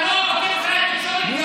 אתה לא עוקב אחרי התקשורת?